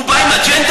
הוא בא עם אג'נדה?